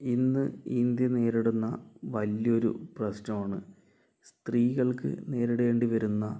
ഇന്ന് ഇന്ത്യ നേരിടുന്ന വലിയൊരു പ്രശ്നമാണ് സ്ത്രീകൾക്ക് നേരിടേണ്ടി വരുന്ന